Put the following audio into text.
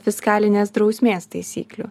fiskalinės drausmės taisyklių